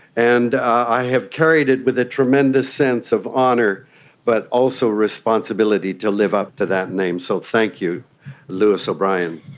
and i have carried it with a tremendous sense of honour but also responsibility to live up to that name, so thank you lewis o'brien.